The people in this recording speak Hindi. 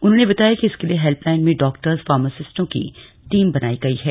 उन्होंने बताया कि इसके लिए हेल्पलाइन में डाक्टरों फार्मासिस्टों की टीम बनाई गई है